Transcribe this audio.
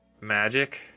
Magic